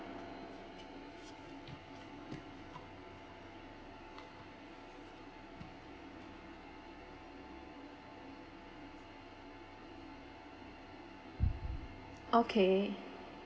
okay